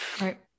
right